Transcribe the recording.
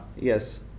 Yes